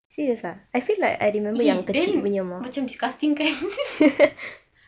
!ee! then macam disgusting kan